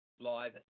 live